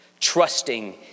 Trusting